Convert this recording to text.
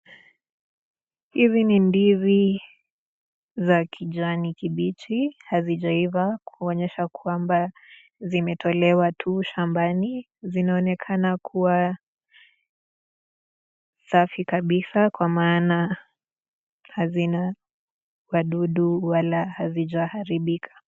Hizi ni ndizi za kijani kibichi, hazijaiva kuonyesha kwamba zimetolewa tu shambani, zinaonekana kuwa safi kabisa kwa maana hazina wadudu wala hazija haribika.